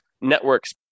networks